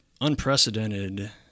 unprecedented